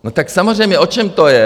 No tak samozřejmě, o čem to je?